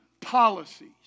policies